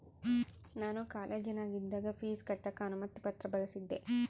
ನಾನು ಕಾಲೇಜಿನಗಿದ್ದಾಗ ಪೀಜ್ ಕಟ್ಟಕ ಅನುಮತಿ ಪತ್ರ ಬಳಿಸಿದ್ದೆ